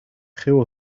geel